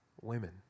women